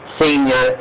senior